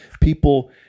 people